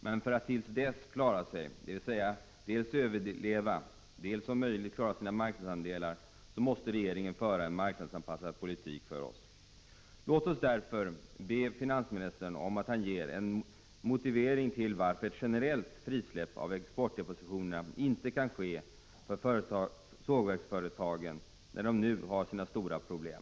Men för att företagen till dess skall klara sig — dvs. dels överleva, dels om möjligt klara sina marknadsandelar — måste regeringen föra en politik som är marknadsanpassad för oss i dessa företag. Låt mig därför be finansministern ge mig en motivering till varför ett generellt frisläppande av exportdepositionerna inte kan ske för sågverksföretagen, när de nu har så stora problem.